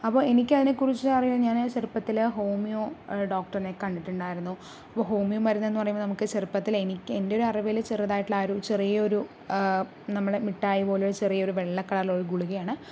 അപ്പോൾ എനിക്ക് അതിനെക്കുറിച്ച് അറിയുമോ ഞാൻ ചെറുപ്പത്തിൽ ഹോമിയോ ഡോക്ടറിനെ കണ്ടിട്ടുണ്ടായിരുന്നു അപ്പോൾ ഹോമിയോ മരുന്ന് എന്ന് പറയുമ്പോൾ ചെറുപ്പത്തിൽ എനിക്ക് എൻ്റെ ഒരറിവിൽ ചെറുതായിട്ടുള്ള ആ ഒരു ചെറിയൊരു നമ്മളെ മിഠായി പോലൊരു ഒരു ചെറിയ വെള്ള കളറിലുള്ള ഗുളികയാണ്